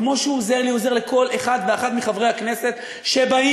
וכמו שהוא עוזר לי הוא עוזר לכל אחד ואחת מחברי הכנסת שבאים